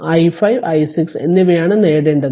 i5 i6 എന്നിവയാണ് നേടേണ്ടത്